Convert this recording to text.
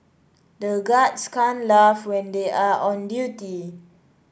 the guards can't laugh when they are on duty